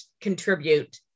contribute